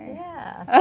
yeah.